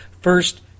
first